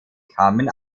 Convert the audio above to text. kamen